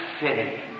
city